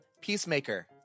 Peacemaker